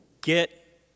Get